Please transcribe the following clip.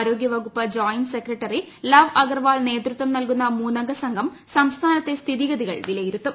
ആരോഗ്യ വകുപ്പ് joint secretary Lav Agarwal നേതൃത്വം നൽകുന്ന മൂന്നംഗ സംഘം സംസ്ഥാനത്തെ സ്ഥിതിഗതികൾ വിലയിരുത്തും